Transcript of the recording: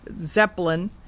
Zeppelin